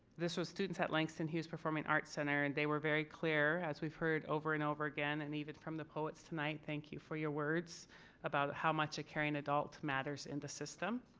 this was students at langston hughes performing arts center and they were very clear as we've heard over and over again and even from the poets tonight thank you for your words about how much a caring adult matters in the system